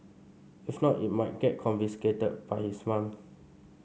if not it might get confiscated by his mum